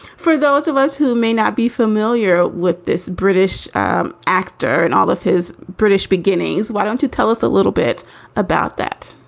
for those of us who may not be familiar with this british actor and all of his british beginnings, why don't you tell us a little bit about that?